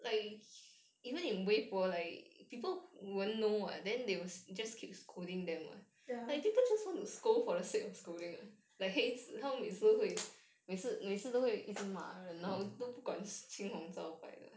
ya